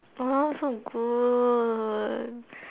!walao! so good